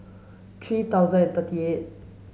three thousand and thirty eight